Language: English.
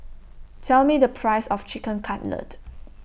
Tell Me The Price of Chicken Cutlet